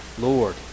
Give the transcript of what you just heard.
Lord